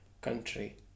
country